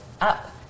up